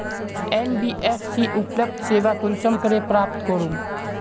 NBFC उपलब्ध सेवा कुंसम करे प्राप्त करूम?